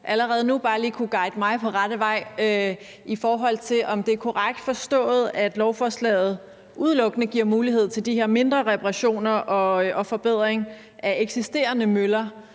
allerede nu bare lige kunne guide mig på rette vej, i forhold til om det er korrekt forstået, at lovforslaget udelukkende giver mulighed for de her mindre reparationer og forbedringer af eksisterende møller